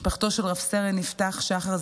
משפחתו של רב-סרן יפתח שחר,